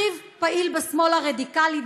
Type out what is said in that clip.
אחיו פעיל בשמאל הרדיקלי,